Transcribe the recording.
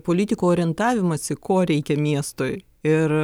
politikų orientavimąsi ko reikia miestui ir